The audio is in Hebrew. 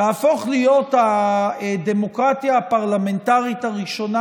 תהפוך להיות הדמוקרטיה הפרלמנטרית הראשונה,